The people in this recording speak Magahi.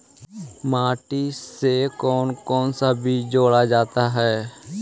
माटी से कौन कौन सा बीज जोड़ा जाता है?